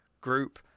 group